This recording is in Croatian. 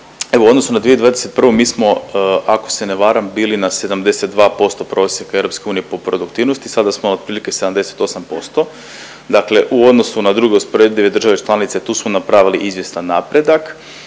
u odnosu na 2021. mi smo ako se ne varam bili na 72% prosjeka EU po produktivnosti, sada smo otprilike 78%, dakle u odnosu na druge usporedive države članice tu smo napravili izvjestan napredak.